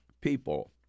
people